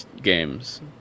games